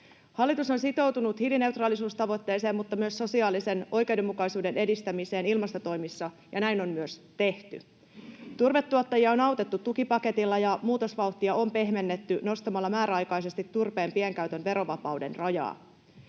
Hallitus on sitoutunut hiilineutraalisuustavoitteeseen mutta myös sosiaalisen oikeudenmukaisuuden edistämiseen ilmastotoimissa, ja näin on myös tehty. Turvetuottajia on autettu tukipaketilla ja muutosvauhtia on pehmennetty nostamalla määräaikaisesti turpeen pienkäytön verovapauden rajaa.